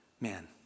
Man